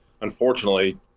unfortunately